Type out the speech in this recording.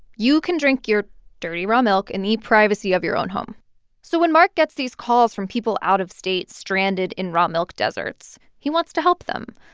you can drink your dirty raw milk in the privacy of your own home so when mark gets these calls from people out of state stranded in raw milk deserts, he wants to help them.